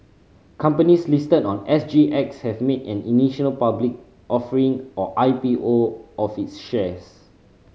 companies listed on S G X have made an initial public offering or I P O of its shares